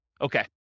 Okay